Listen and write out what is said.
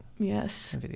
Yes